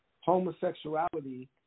homosexuality